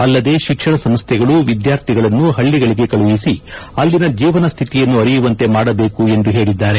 ಅಲ್ಲದೇ ಶಿಕ್ಷಣ ಸಂಸ್ಥೆಗಳು ವಿದ್ವಾರ್ಥಿಗಳನ್ನು ಹಳ್ಳಗಳಗೆ ಕಳುಹಿಸಿ ಅಲ್ಲಿನ ಜೀವನ ಶ್ಯಿತಿಯನ್ನು ಅರಿಯುವಂತೆ ಮಾಡಬೇಕು ಎಂದು ಹೇಳಿದ್ದಾರೆ